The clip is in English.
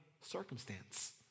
circumstance